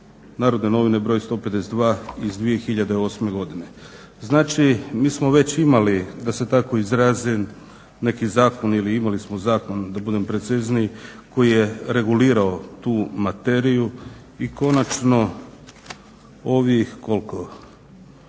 "Narodne novine" br. 152/08. Znači mi smo već imali, da se tako izrazim, neki zakon ili imali smo zakon da budem precizniji, koji je regulirao tu materiju i konačno, ovih 32